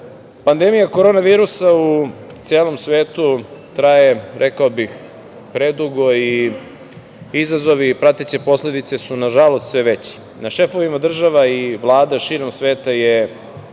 pandemija korona virusa u celom svetu traje, rekao bih, predugo i izazovi i prateće posledice su nažalost sve veći. Na šefovima država i Vlada širom sveta je